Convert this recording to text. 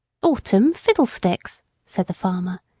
autumn, fiddlesticks! said the farmer.